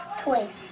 toys